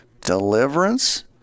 deliverance